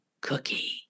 cookie